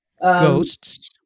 ghosts